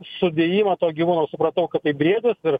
sudėjimą to gyvūno supratau kad tai briedis ir